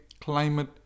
climate